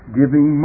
giving